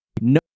no